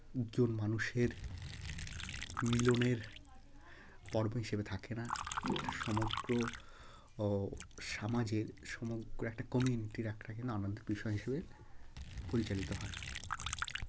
দুজন মানুষের মিলনের পর্ব হিসেবে থাকে না একটা সমগ্র ও সমাজের সমগ্র একটা কমিউনিটি রাখলে কিন্তু আনন্দের বিষয় হিসেবে পরিচালিত হয়